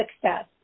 success